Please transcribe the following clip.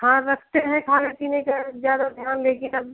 हाँ रखते हैं खाने पीने का ज़्यादा ध्यान लेकिन अब